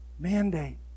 mandate